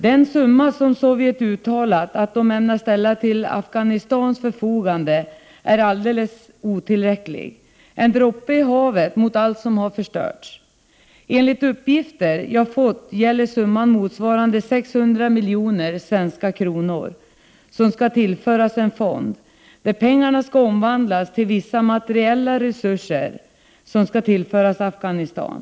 Den summa som Sovjet uttalat att man ämnar ställa till Afghanistans förfogande är alldeles otillräcklig — en droppe i havet mot allt som har förstörts. Enligt uppgifter som jag har fått motsvarar summan 600 miljoner svenska kronor, som skall tillföras en fond, där pengarna skall omvandlas till vissa materiella resurser, som skall tillföras Afghanistan.